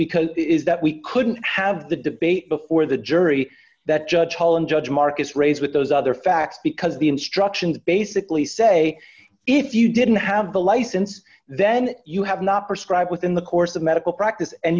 because it is that we couldn't have the debate before the jury that judge holland judge marcus raise with those other facts because the instructions basically say if you didn't have the license then you have not prescribe within the course of medical practice and